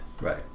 Right